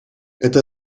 это